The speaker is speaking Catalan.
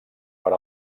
per